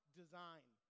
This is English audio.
design